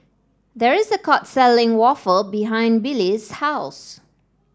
there is a court selling waffle behind Billye's house